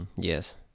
Yes